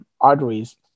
arteries